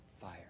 fire